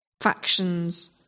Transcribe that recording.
factions